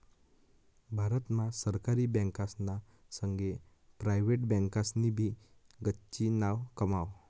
भारत मा सरकारी बँकासना संगे प्रायव्हेट बँकासनी भी गच्ची नाव कमाव